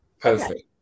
perfect